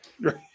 Right